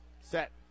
set